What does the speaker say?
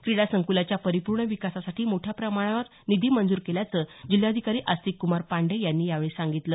क्रीडा संकुलाच्या परिपूर्ण विकासासाठी मोठ्या प्रमाणावर निधी मंजूर केल्याचं जिल्हाधिकारी अस्तिकक्मार पांडेय यांनी यावेळी सांगितलं